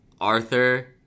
Arthur